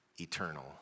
eternal